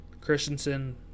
Christensen